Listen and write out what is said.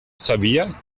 sabía